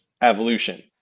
evolution